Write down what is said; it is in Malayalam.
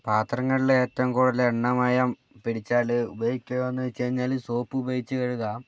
പാത്രങ്ങളിലെ ഏറ്റവും കൂടുതൽ എണ്ണമയം പിടിച്ചാൽ ഉപയോഗിക്കുകയെന്ന് വച്ചു കഴിഞ്ഞാൽ സോപ്പുപയോഗിച്ച് കഴുകാം